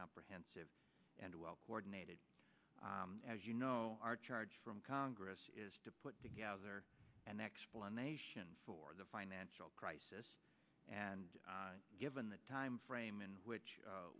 comprehensive and well coordinated as you know our charge from congress is to put together an explanation for the financial crisis and given the timeframe in which